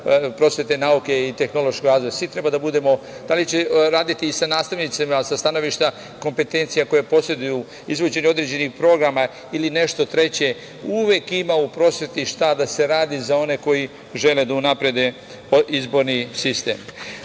prosvete, nauke i tehnološkog razvoja. Da li će raditi sa nastavnicima sa stanovišta kopetencija koje poseduju, izvođenje određenih programa ili nešto treće, uvek ima u prosveti šta da se radi za one koji žele da unaprede izborni sistem. Pre